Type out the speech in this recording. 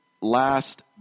last